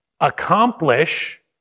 accomplish